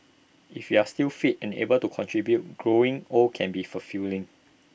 if you're still fit and able to contribute growing old can be fulfilling